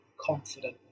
confident